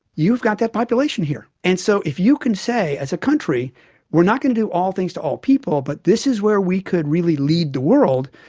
you've got that population here. and so if you can say as a country we're not going to do all things to all people, but this is where we could really lead the world',